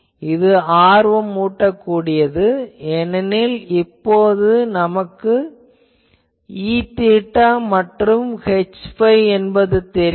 இது ஆர்வமூட்டக் கூடியது ஏனெனில் இப்போது நமக்கு Eθ மற்றும் Hϕ தெரியும்